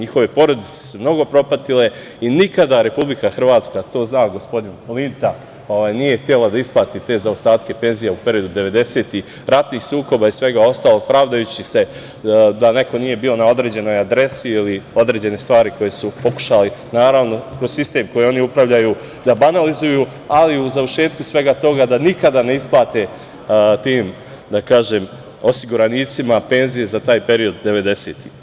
Njihove porodice su mnogo propatile i nikada Republika Hrvatska, to zna gospodin Linta, nije htela da isplati te zaostatke penzija u periodu 90-ih, ratnih sukoba i svega ostalog, pravdajući se da neko nije bio na određenoj adresi ili određene stvari koje su pokušali, naravno, kroz sistem kojim oni upravljaju, da banalizuju, ali u završetku svega toga da nikada ne isplate tim osiguranicima penzije za taj period 90-ih.